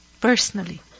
Personally